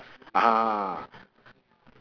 ah